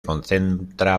concentra